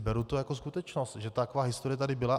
Beru to jako skutečnost, že taková historie tady byla.